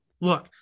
Look